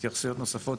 התייחסויות נוספות?